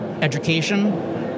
education